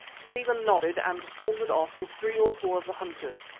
stephen nodded and sauntered off with three or four of the hunters.